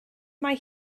mae